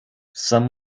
some